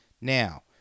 Now